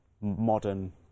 modern